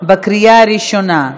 בקריאה הראשונה.